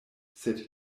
sed